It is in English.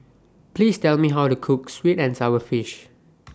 Please Tell Me How to Cook Sweet and Sour Fish